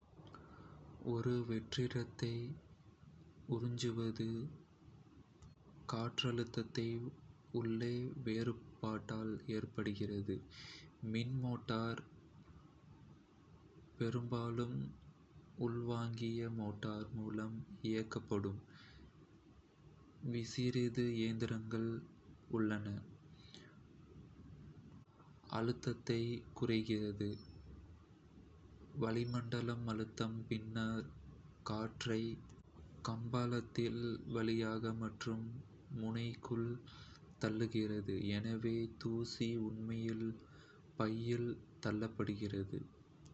அடிப்படையில், ஒரு பாத்திரங்கழுவி அழுக்கு பாத்திரங்களை சுத்தம் செய்து துவைக்கும் ஒரு ரோபோ. மனிதர்கள் பாத்திரங்களை ஏற்ற வேண்டும், சோப்பு சேர்க்க வேண்டும், சரியான சலவை சுழற்சிகளை அமைக்க வேண்டும் மற்றும் அதை இயக்க வேண்டும், ஆனால் பாத்திரங்கழுவி ஒரு முழு தொடர் செயல்பாடுகளை தானே நிறைவேற்றுகிறது. ஒரு பாத்திரங்கழுவி தண்ணீர் சேர்க்கிறது தேவையான வெப்பநிலைக்கு தண்ணீரை சூடாக்குகிறது டிடர்ஜென்ட் டிஸ்பென்சரை சரியான நேரத்தில் தானாகவே திறக்கும் பாத்திரங்களைச் சுத்தமாகப் பெற, ஸ்ப்ரே கைகள் மூலம் தண்ணீரைச் சுடுகிறது அழுக்கு நீரை வெளியேற்றுகிறது பாத்திரங்களை துவைக்க அதிக தண்ணீர் தெளிக்கிறது அடிப்படையில், ஒரு பாத்திரங்கழுவி அழுக்கு பாத்திரங்களை சுத்தம் செய்து துவைக்கும் ஒரு ரோபோ. மனிதர்கள் பாத்திரங்களை ஏற்ற வேண்டும், சோப்பு சேர்க்க வேண்டும், சரியான சலவை சுழற்சிகளை அமைக்க வேண்டும் மற்றும் அதை இயக்க வேண்டும், ஆனால் பாத்திரங்கழுவி ஒரு முழு தொடர் செயல்பாடுகளை தானே நிறைவேற்றுகிறது. ஒரு பாத்திரங்கழுவி தண்ணீர் சேர்க்கிறது தேவையான வெப்பநிலைக்கு தண்ணீரை சூடாக்குகிறது டிடர்ஜென்ட் டிஸ்பென்சரை சரியான நேரத்தில் தானாகவே திறக்கும் பாத்திரங்களைச் சுத்தமாகப் பெற, ஸ்ப்ரே கைகள் மூலம் தண்ணீரைச் சுடுகிறது அழுக்கு நீரை வெளியேற்றுகிறது பாத்திரங்களை துவைக்க அதிக தண்ணீர் தெளிக்கிறது